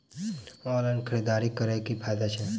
Online खरीददारी करै केँ की फायदा छै?